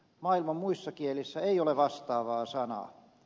maailman muissa kielissä ei ole vastaavaa sanaa